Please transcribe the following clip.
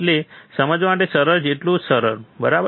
એટલે સમજવા માટે સરળ એટલું સરળ બરાબર